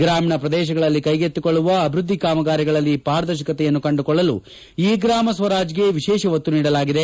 ಗ್ರಾಮೀಣ ಪ್ರದೇಶಗಳಲ್ಲಿ ಕೈಗೆತ್ತಿಕೊಳ್ಳುವ ಅಭಿವೃದ್ಧಿ ಕಾಮಗಾರಿಗಳಲ್ಲಿ ಪಾರದರ್ಶಕತೆಯನ್ನು ಕಂಡುಕೊಳ್ಳಲು ಇ ಗ್ರಾಮ ಸ್ವರಾಜ್ಗೆ ವಿಶೇಷ ಒತ್ತು ನೀಡಲಾಗಿದೆ